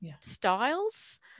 styles